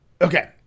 Okay